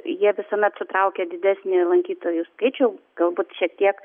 jie visuomet sutraukia didesnį lankytojų skaičių galbūt šiek tiek